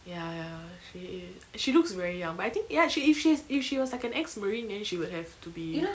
ya ya ya she she looks very young but I think ya she if she's if she was like an ex marine then she would have to be